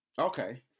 Okay